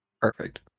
Perfect